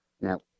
Now